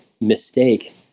mistake